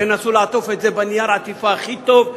תנסו לעטוף את זה בנייר העטיפה הכי טוב,